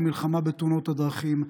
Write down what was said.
במלחמה בתאונות הדרכים,